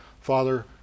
father